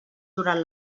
durant